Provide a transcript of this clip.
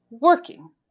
working